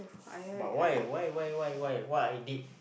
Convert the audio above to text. but why why why why why what I did